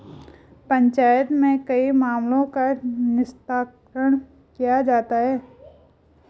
पंचायत में कई मामलों का निस्तारण किया जाता हैं